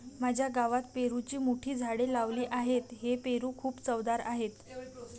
माझ्या गावात पेरूची मोठी झाडे लावली आहेत, हे पेरू खूप चवदार आहेत